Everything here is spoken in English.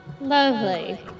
Lovely